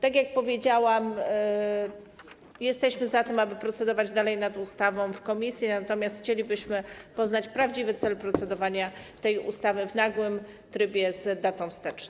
Tak jak powiedziałam, jesteśmy za tym, aby procedować dalej nad tą ustawą w komisji, natomiast chcielibyśmy poznać prawdziwy cel procedowania nad tą ustawą w nagłym trybie, z datą wstecz.